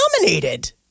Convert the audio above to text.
nominated